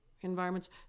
environments